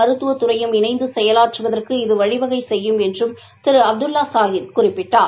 மருத்துவத்துறையும் இணைந்தசெயலாற்றவதற்கு இத வழிவகைசெய்யும் என்றும் திருஅப்துல்லாசாஹித் குறிப்பிட்டார்